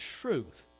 truth